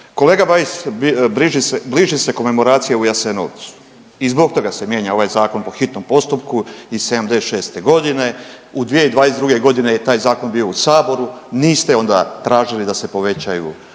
Kolega Bajs bliži se komemoracija u Jasenovcu i zbog toga se mijenja ovaj zakon po hitnom postupku iz sedamdeset i šeste godine. 2022. godine je taj zakon bio u Saboru niste onda tražili da se povećaju drakonski